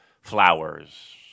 flowers